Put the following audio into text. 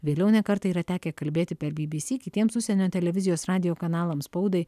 vėliau ne kartą yra tekę kalbėti per bbc kitiems užsienio televizijos radijo kanalams spaudai